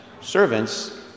servants